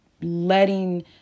letting